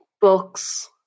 books